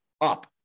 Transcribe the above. up